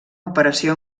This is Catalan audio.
operació